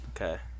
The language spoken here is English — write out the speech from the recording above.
Okay